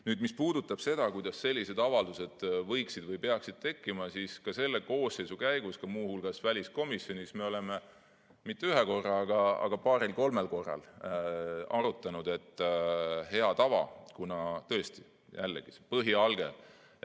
Nüüd, mis puudutab seda, kuidas sellised avaldused võiksid või peaksid tekkima, siis ka selle koosseisu käigus muu hulgas väliskomisjonis me oleme mitte ühe korra, vaid paaril-kolmel korral seda arutanud. Hea tava, kuna tõesti, jällegi, see põhialge,